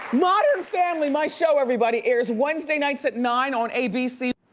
modern family, my show everybody, airs wednesday nights at nine on abc.